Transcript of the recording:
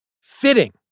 Fitting